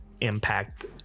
impact